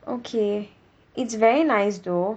okay it's very nice though